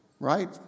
right